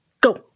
go